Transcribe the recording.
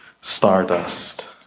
stardust